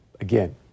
Again